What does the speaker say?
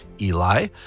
Eli